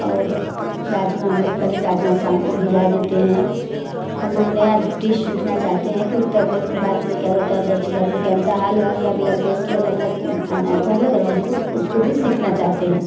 और राजमा हम लोग पहले राजमा शाम को भिगा देते हैं हम लोग नया डिश सीखना चाहते हैं कि उत्तर में भारत में क्या बनता है और दक्षिण भारत में क्या बनता है हर अलग अलग देश के अलग अलग खाना है तो अलग अलग हम लोग उसको भी सीखना चाहते हैं